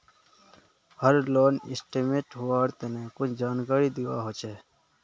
हर loan statement लुआर तने कुछु जानकारी दुआ होछे